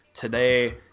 today